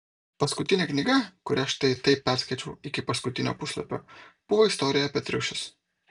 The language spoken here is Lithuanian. paskutinė knyga kurią štai taip perskaičiau iki paskutinio puslapio buvo istorija apie triušius